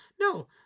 No